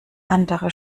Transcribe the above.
andere